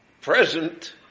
present